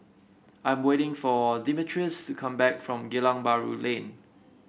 I'm waiting for Demetrius to come back from Geylang Bahru Lane